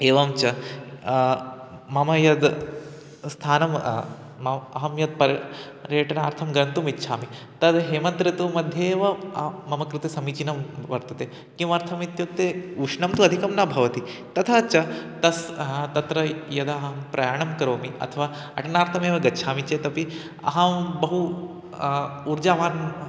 एवं च मम यद् स्थानम् अहं यत् परं पर्यटनार्थं गन्तुम् इच्छामि तद् हेमन्तर्तुमध्ये एव मम कृते समीचीनं वर्तते किमर्थमित्युक्ते उष्णं तु अधिकं न भवति तथा च तस्य तत्र यदा अहं प्रयाणं करोमि अथवा अटनार्थमेव गच्छामि चेत् अपि अहं बहु ऊर्जावान्